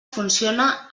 funciona